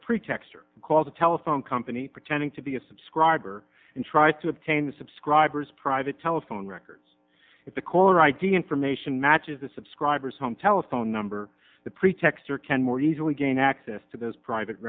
a pretext or call the telephone company pretending to be a subscriber and try to obtain subscribers private telephone records if the caller id information matches the subscribers home telephone number the pretext or can more easily gain access to those private